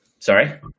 Sorry